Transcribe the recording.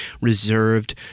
reserved